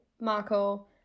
Marco